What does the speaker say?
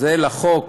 זה לחוק,